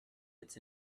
it’s